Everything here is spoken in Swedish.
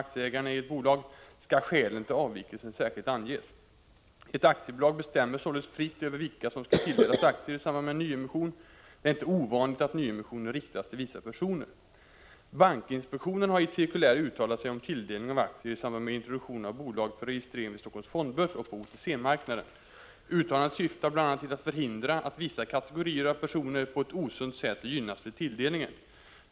Om ett förslag till 51 Ett aktiebolag bestämmer således fritt över vilka som skall tilldelas aktier i samband med en nyemission. Det är inte ovanligt att nyemissioner riktas till vissa personer. Bankinspektionen har i ett cirkulär uttalat sig om tilldelning av aktier i samband med introduktion av bolag för registrering vid Helsingforss fondbörs och på OTC-marknaden. Uttalandet syftar bl.a. till att förhindra att vissa kategorier av personer på ett osunt sätt gynnas vid tilldelningen.